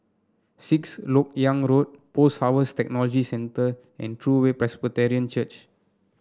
Sixth LoK Yang Road Post Harvest Technology Centre and True Way Presbyterian Church